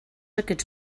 aquests